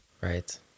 Right